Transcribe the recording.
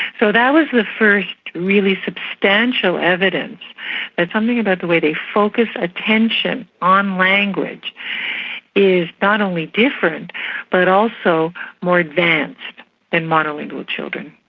so that was the first really substantial evidence that something about the way they focus attention on language is not only different but also more advanced than mono-lingual children.